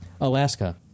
Alaska